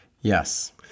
Yes